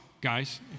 guys